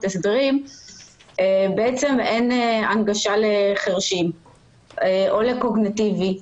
הנחיות והסברים אין הנגשה לחירשים או לבעלי לקות קוגניטיבית.